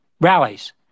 rallies